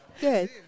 Good